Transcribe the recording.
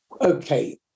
okay